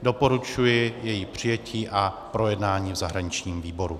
Doporučuji její přijetí a projednání v zahraničním výboru.